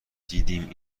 دیدیم